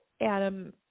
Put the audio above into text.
Adam